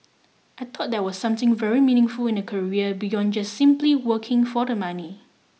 I thought that was something very meaningful in a career beyond just simply working for the money